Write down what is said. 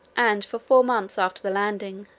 and for four months after the landing,